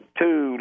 two